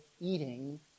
eating